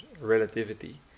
relativity